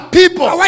people